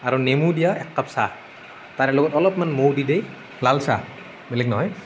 আৰু নেমু দিয়া একাপ চাহ তাৰে লগত অলপমান মৌ দি দিয়ে লাল চাহ বেলেগ নহয়